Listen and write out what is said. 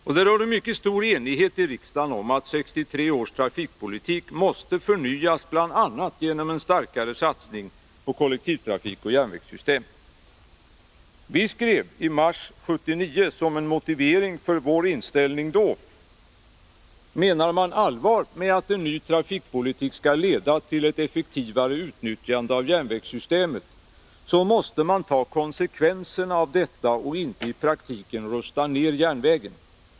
Och det rådde mycket stor enighet i riksdagen om att 1963 års trafikpolitik måste förnyas bl.a. genom en starkare satsning på kollektivtrafik och järnvägssystem. Vi skrev i mars 1979 som motivering för vår inställning då: ”Menar man allvar med att en ny trafikpolitik skall leda till ett effektivare utnyttjande av järnvägssystemet så måste man ta konsekvenserna av detta och inte i praktiken rusta ner järnvägen.